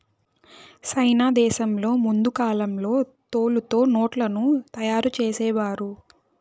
సైనా దేశంలో ముందు కాలంలో తోలుతో నోట్లను తయారు చేసేవారు